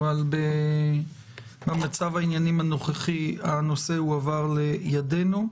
אבל במצב העניינים הנוכחי הנושא הועבר לידינו.